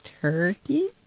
turkey